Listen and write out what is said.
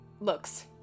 looks